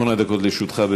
שמונה דקות לרשותך.